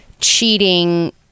cheating